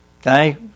Okay